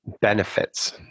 benefits